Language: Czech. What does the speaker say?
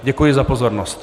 Děkuji za pozornost.